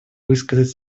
высказать